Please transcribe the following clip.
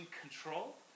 control